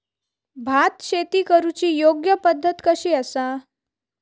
भात शेती करुची योग्य पद्धत कशी आसा?